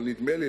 אבל נדמה לי,